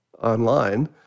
online